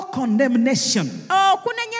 condemnation